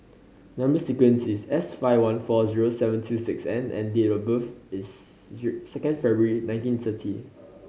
number sequence is S five one four zero seven two six N and date of birth is second February nineteen thirty